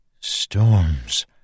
Storms